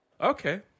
okay